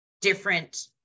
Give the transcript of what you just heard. different